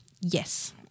yes